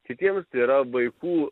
kitiems tai yra vaikų